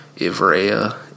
Ivrea